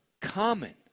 common